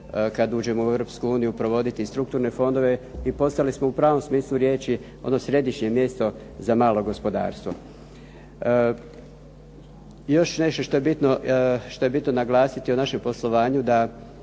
uniju provoditi strukturne fondove i postali smo u pravom smislu riječi ono središnje mjesto za malo gospodarstvo. Još nešto što je bitno naglasiti o našem poslovanju